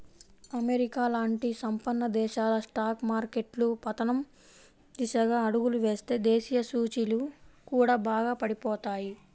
America లాంటి సంపన్న దేశాల స్టాక్ మార్కెట్లు పతనం దిశగా అడుగులు వేస్తే దేశీయ సూచీలు కూడా బాగా పడిపోతాయి